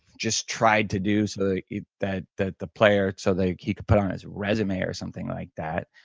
just tried to do so that that the player so they could put on his resume or something like that,